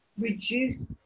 reduce